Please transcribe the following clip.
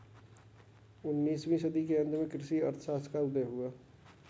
उन्नीस वीं सदी के अंत में कृषि अर्थशास्त्र का उदय हुआ